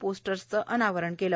पोस्टर्सचे अनावरण केले